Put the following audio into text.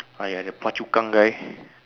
!aiya! the phua-chu-kang guy